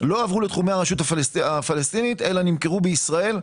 לא הועברו לתחומי הרשות הפלסטינית אלא נמכרו בישראל.